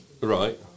Right